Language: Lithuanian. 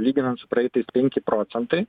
lyginant su praeitais penki procentai